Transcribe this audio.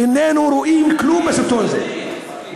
איננו רואים כלום בסרטון הזה.